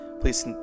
Please